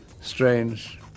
strange